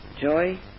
joy